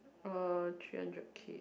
uh three hundred K